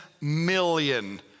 million